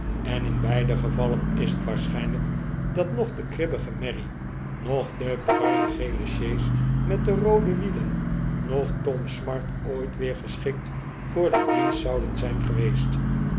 en in beide gevallen is het waarschijnlijk dat noch de kribbige merrie noch de bruingele sjees met de roode wielen noch tom smart ooit weer geschikt voor den dienst zouden zijn geweest